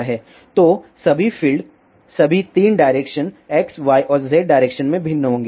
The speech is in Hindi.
तो सभी फ़ील्ड सभी 3 डायरेक्शन x y और z डायरेक्शन में भिन्न होंगे